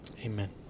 Amen